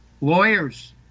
Lawyers